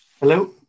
Hello